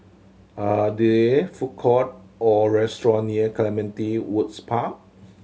are there food court or restaurant near Clementi Woods Park